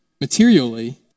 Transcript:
materially